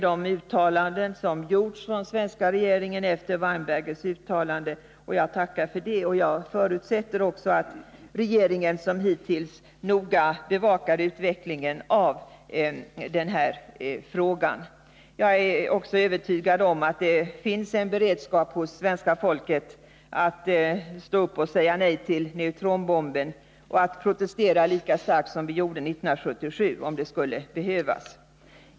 De uttalanden som har gjorts från svenska regeringen efter Weinbergers presskonferens är bra, och jag tackar för dem. Jag förutsätter också att regeringen, som hittills, noga bevakar utvecklingen av denna fråga. Jag är också övertygad om att det hos svenska folket finns en beredskap att stå upp och säga nej till neutronbomben och — om det skulle behövas — protestera lika starkt som vi gjorde 1977.